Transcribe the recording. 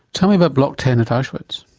tell me about block ten at auschwitz?